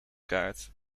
kaart